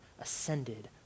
ascended